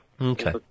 Okay